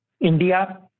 India